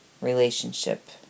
relationship